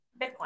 Bitcoin